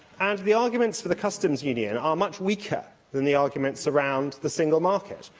and the arguments for the customs union are much weaker than the arguments around the single market.